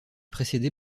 précédée